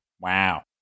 Wow